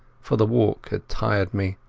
for the walk had tired me.